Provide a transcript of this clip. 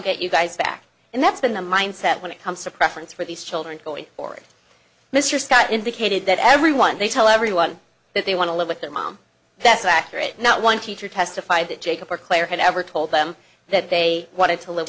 get you guys back and that's been the mindset when it comes to preference for these children going forward mr scott indicated that everyone they tell everyone that they want to live with their mom that's accurate not one teacher testified that jacob or claire had ever told them that they wanted to live